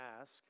ask